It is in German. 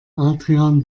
adrian